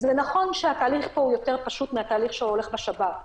זה נכון שהתהליך פה יותר פשוט מאשר בשב"כ,